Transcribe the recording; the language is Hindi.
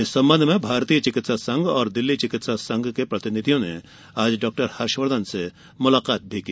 इस संबंध में भारतीय चिकित्सा संघ और दिल्ली चिकित्सा संघ के प्रतिनिधियों ने आज डॉक्टर हर्षवर्धन से मुलाकात भी की